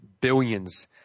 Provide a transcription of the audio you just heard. billions